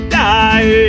die